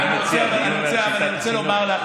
אני רוצה לומר לך,